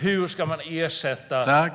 Hur ska man ersätta det?